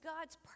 God's